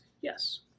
yes